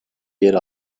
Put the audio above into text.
yer